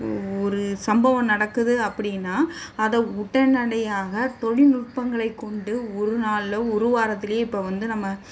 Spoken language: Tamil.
ஒரு சம்பவம் நடக்குது அப்படின்னா அத உடனடியாக தொழில்நுட்பங்களை கொண்டு ஒரு நாளோ ஒரு வாரத்துலேயோ இப்போ வந்து நம்ம